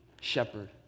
shepherd